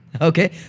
Okay